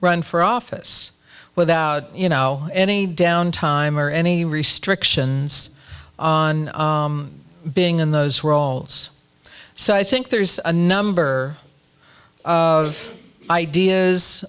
run for office without you know any down time or any restrictions on being in those roles so i think there's a number of ideas